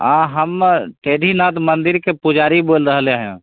हम कैदीनाथ मंदिर के पुजारी बोल रहले हैं